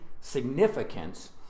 significance